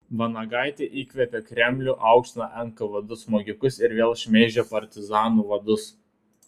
vanagaitė įkvėpė kremlių aukština nkvd smogikus ir vėl šmeižia partizanų vadus